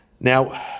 Now